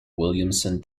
williamson